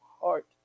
heart